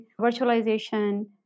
virtualization